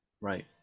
Right